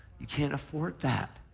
you can't afford that.